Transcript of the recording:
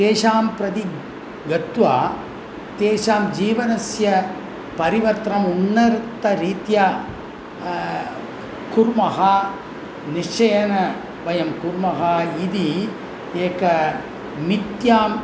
तेषां प्रति गत्वा तेषां जीवनस्य परिवर्तनम् उन्नतरीत्या कुर्मः निश्चयेन वयं कुर्मः इति एकां मिथ्याम्